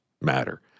matter